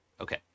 Okay